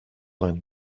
vingt